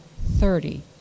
thirty